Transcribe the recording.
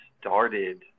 started